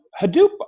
Hadoop